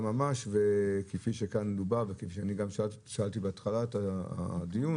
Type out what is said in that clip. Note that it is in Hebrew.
כפי שכאן דובר ואני שאלתי בתחילת הדיון